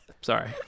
sorry